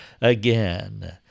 again